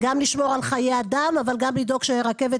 גם לשור על חיי אדם וגם לדאוג שרכבת